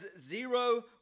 zero